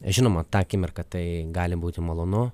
žinoma tą akimirką tai gali būti malonu